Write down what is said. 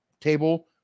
table